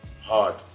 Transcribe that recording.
Hard